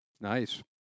Nice